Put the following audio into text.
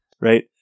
right